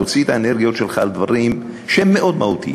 תוציא את האנרגיות שלך על דברים שהם מאוד מהותיים.